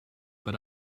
but